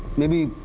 maybe,